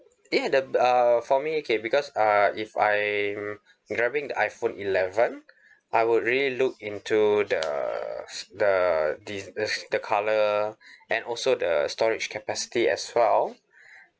ya the err for me okay because uh if I'm grabbing the iphone eleven I would really look into the the the uh the colour and also the storage capacity as well